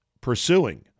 pursuing